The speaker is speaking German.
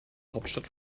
hauptstadt